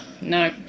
no